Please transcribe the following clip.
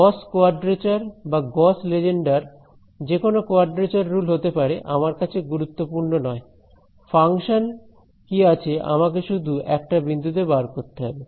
গস quadrature বা Gauss Legendre যেকোনো quadrature rule হতে পারে আমার কাছে গুরুত্বপূর্ণ নয় ফাংশন কি আছে আমাকে শুধু একটা বিন্দুতে বের করতে হবে